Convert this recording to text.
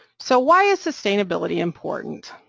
so why is sustainability important?